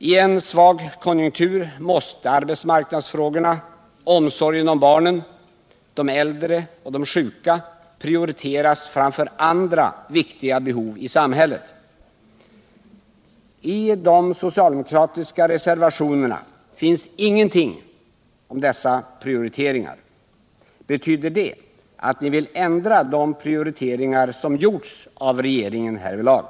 I en svag konjunktur måste arbetsmarknadsfrågorna, omsorgen om barnen, de äldre och de sjuka prioriteras framför andra viktiga behov i samhället. I de socialdemokratiska reservationerna finns ingenting om dessa prioriteringar. Betyder det att ni vill ändra de prioriteringar som gjorts av regeringen härvidlag?